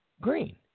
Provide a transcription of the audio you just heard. green